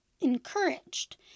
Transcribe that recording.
encouraged